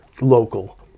local